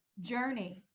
journey